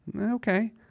Okay